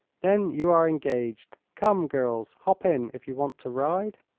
then you are engaged. come, girls hop in, if you want to ride.